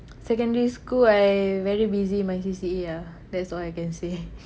secondary school I very busy with my C_C_A ah that's all I can say